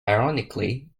ironically